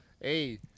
Hey